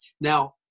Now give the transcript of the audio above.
Now